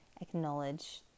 acknowledge